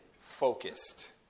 focused